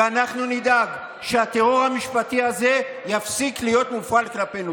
אנחנו נדאג שהטרור המשפטי הזה יפסיק להיות מופעל כלפינו.